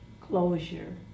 closure